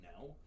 now